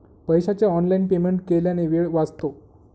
पैशाचे online payment केल्याने वेळ वाचतो